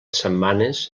setmanes